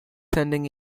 sending